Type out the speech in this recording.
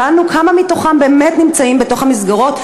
שאלנו כמה מהם נמצאים במסגרות,